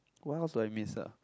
what else do I miss ah